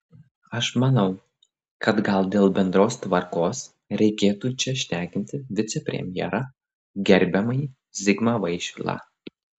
aš manau kad gal dėl bendros tvarkos reikėtų čia šnekinti vicepremjerą gerbiamąjį zigmą vaišvilą